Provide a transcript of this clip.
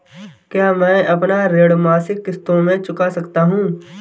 क्या मैं अपना ऋण मासिक किश्तों में चुका सकता हूँ?